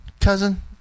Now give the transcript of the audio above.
cousin